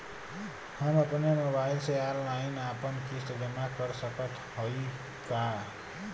हम अपने मोबाइल से ऑनलाइन आपन किस्त जमा कर सकत हई का?